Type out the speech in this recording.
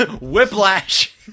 whiplash